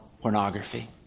pornography